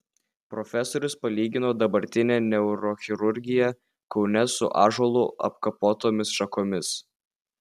profesorius palygino dabartinę neurochirurgiją kaune su ąžuolu apkapotomis šakomis